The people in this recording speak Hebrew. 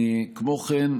כמו כן,